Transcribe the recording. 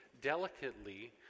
delicately